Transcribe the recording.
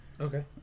Okay